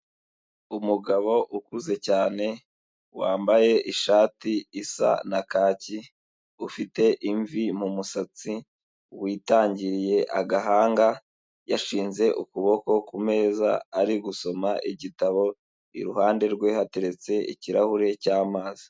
Umugabo ukuze cyane wambaye ishati isa na kaki, ufite imvi mu musatsi, witangiriye agahanga, yashinze ukuboko ku meza ari gusoma igitabo, iruhande rwe hateretse ikirahure cy'amazi.